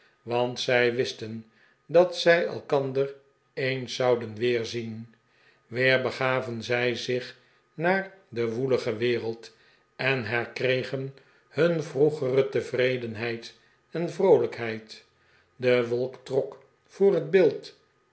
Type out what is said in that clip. want zij wisten dat zij elkander eens zouden weerzien weer begaven zij zich naar de woelige wereld en herkregen hun vroegere tevredenheid en vroolijkheid de wolk trok voor het beeld